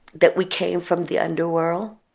that we came from the underworld,